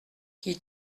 qui